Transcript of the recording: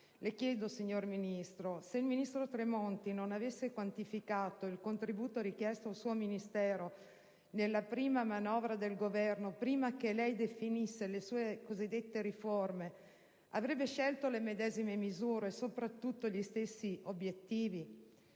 Le chiedo, signora Ministro: se il ministro Tremonti non avesse quantificato il contributo richiesto al suo Ministero nella prima manovra del Governo, prima che lei definisse le sue cosiddette riforme, avrebbe scelto le medesime misure e, soprattutto, gli stessi obiettivi?